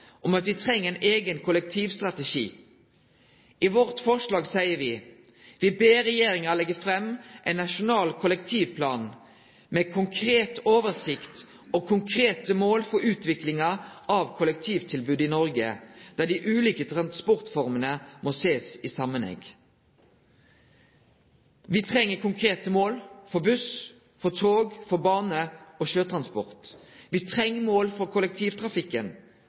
om at me treng ein eigen kollektivstrategi. I vårt forslag seier me: «Stortinget ber regjeringen legge frem en nasjonal kollektivplan med en konkret helhetlig oversikt og konkrete mål for utviklingen av kollektivtilbudet i Norge, der de ulike transportformene må ses i sammenheng.» Me treng konkrete mål for buss, tog, bane og sjøtransport. Me treng mål for kollektivtrafikken.